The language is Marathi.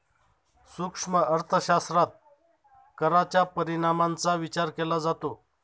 सूक्ष्म अर्थशास्त्रात कराच्या परिणामांचा विचार केला जातो